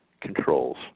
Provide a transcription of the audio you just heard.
controls